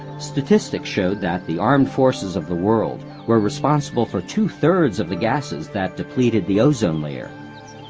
statistics showed that the armed forces of the world were responsible for two thirds of the gases that depleted the ozone layer.